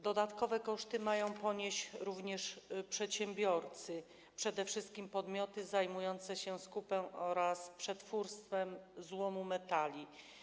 Dodatkowe koszty mają ponieść również przedsiębiorcy, przede wszystkim podmioty zajmujące się skupem oraz przetwórstwem złomu metali.